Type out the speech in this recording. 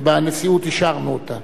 ובנשיאות אישרנו אותה.